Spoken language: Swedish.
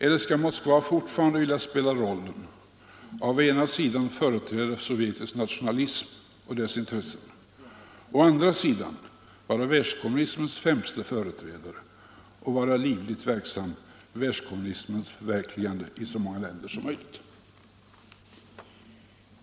Eller vill Moskva fortfarande å ena sidan spela rollen av företrädare för sovjetisk nationalism och dess intressen, å andra sidan vara världskommunismens främste företrädare och vara livligt verksam för världskommunismens förverkligande i så många länder som möjligt?